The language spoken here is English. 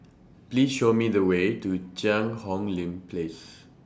Please Show Me The Way to Cheang Hong Lim Place